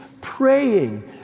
praying